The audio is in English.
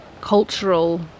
cultural